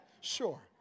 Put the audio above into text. Sure